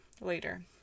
later